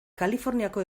kaliforniako